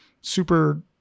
super